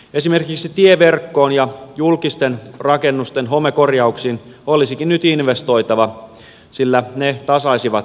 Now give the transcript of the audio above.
esimerkiksi tieverkkoon ja julkisten rakennusten homekorjauksiin olisikin nyt investoitava sillä ne tasaisivat suhdanteita